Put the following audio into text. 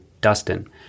Dustin